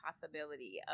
possibility